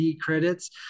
credits